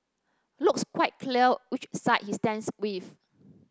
looks quite clear which side he stands with